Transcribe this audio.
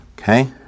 Okay